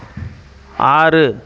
ஆறு